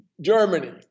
Germany